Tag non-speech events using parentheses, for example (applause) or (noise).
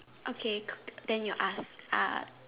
okay (noise) then you ask (noise)